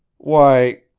why,